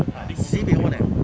ah sibeh own eh